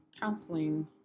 counseling